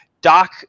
Doc